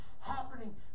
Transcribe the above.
happening